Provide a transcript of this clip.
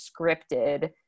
scripted